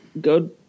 go